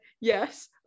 yes